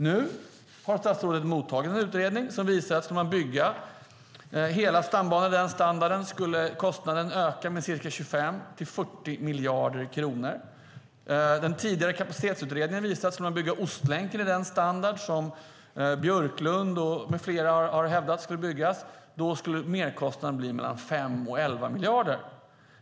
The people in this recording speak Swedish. Nu har statsrådet mottagit en utredning som visar att kostnaden skulle öka med ca 25-40 miljarder kronor om man byggde hela stambanan i den standarden. Den tidigare kapacitetsutredningen visade att merkostnaden skulle bli mellan 5 och 11 miljarder om man byggde Ostlänken i den standard Björklund med flera har hävdat att den ska byggas i.